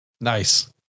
Nice